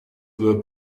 were